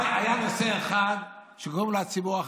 היה נושא אחד שקוראים לו הציבור החרדי.